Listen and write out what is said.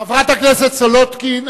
חברת הכנסת סולודקין,